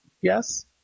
Yes